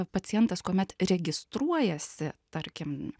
pacientas kuomet registruojasi tarkim